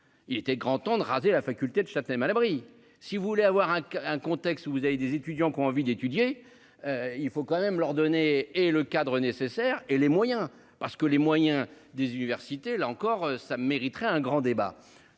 Il était grand temps de raser la faculté de Châtenay Malabry. Si vous voulez avoir un, un contexte où vous avez des étudiants qui ont envie d'étudier. Il faut quand même leur donner et le cadre nécessaire et les moyens parce que les moyens des universités, là encore, ça mériterait un grand débat.